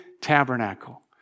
tabernacle